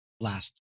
last